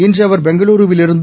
இன்று அவர் பெங்களூருவிலிருந்து